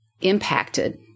impacted